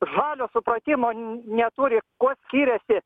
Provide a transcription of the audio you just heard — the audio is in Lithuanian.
žalio supratimo neturi kuo skiriasi